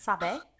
Sabe